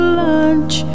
lunch